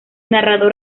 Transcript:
narrador